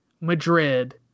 Madrid